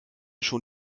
schon